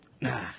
Nah